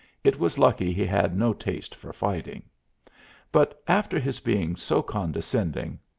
it was lucky he had no taste for fighting but, after his being so condescending,